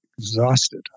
exhausted